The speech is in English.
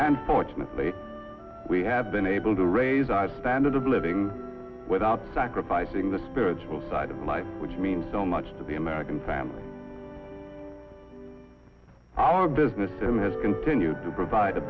and fortunately we have been able to raise our standard of living without sacrificing the spiritual side of life which means so much to the american family i business has continued to provide a